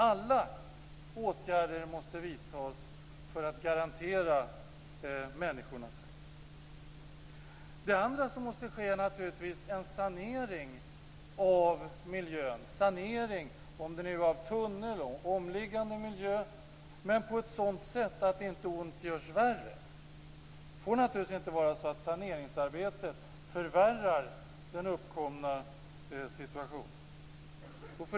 Alla åtgärder måste vidtas för att garantera människornas hälsa. Det andra som måste ske är en sanering av miljön, om det nu är av tunneln eller av omliggande miljön, på ett sådant sätt att inte ont görs värre. Det får naturligtvis inte vara så att saneringsarbetet förvärrar den uppkomna situationen.